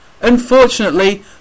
Unfortunately